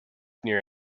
near